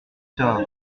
tort